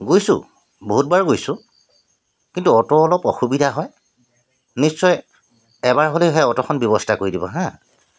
গৈছোঁ বহুতবাৰ গৈছোঁ কিন্তু অ'ট অলপ অসুবিধা হয় নিশ্চয় এবাৰ হ'লেও সেই অ'টখন ব্যৱস্থা কৰি দিব হা